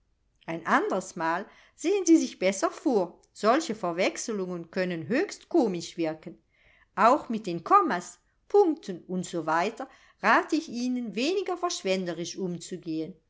ein andres mal sehen sie sich besser vor solche verwechselungen können höchst komisch wirken auch mit den kommas punkten u s w rate ich ihnen weniger verschwenderisch umzugehen